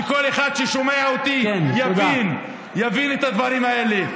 שכל אחד ששומע אותי יבין את הדברים האלה.